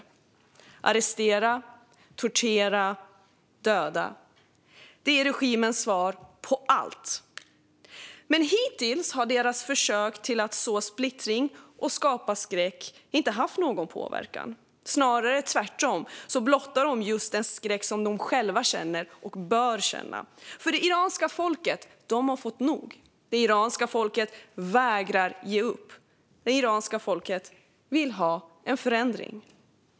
Det handlar om att arrestera, tortera och döda. Det är regimens svar på allt. Men hittills har dess försök till att så splittring och skapa skräck inte haft någon påverkan. Den blottar snarare tvärtom just den skräck som den själv känner och bör känna. Det iranska folket har fått nog. Det iranska folket vägrar att ge upp. Det iranska folket vill ha en förändring.